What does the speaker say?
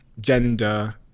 gender